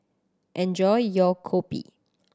enjoy your kopi